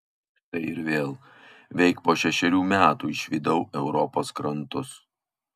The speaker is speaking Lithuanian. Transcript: štai ir vėl veik po šešerių metų išvydau europos krantus